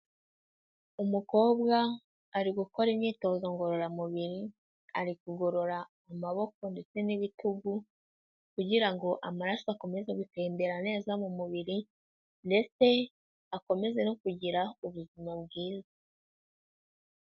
Umukobwa ari gukora imyitozo ngororamubiri, ari kugorora amaboko ndetse n'ibitugu kugira ngo amaraso akomeze gutembera neza mu mubiri ndetse akomeze no kugira ubuzima bwiza.